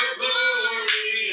glory